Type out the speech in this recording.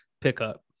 pickup